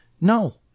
no